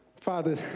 Father